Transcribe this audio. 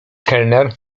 kelner